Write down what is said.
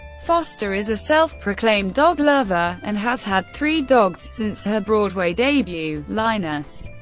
foster is a self-proclaimed dog lover, and has had three dogs since her broadway debut, linus,